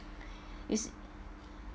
is